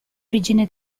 origine